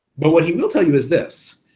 but what he will tell you is this,